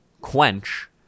Quench